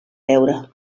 veure